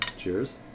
Cheers